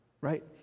right